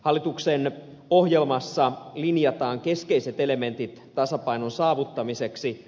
hallituksen ohjelmassa linjataan keskeiset elementit tasapainon saavuttamiseksi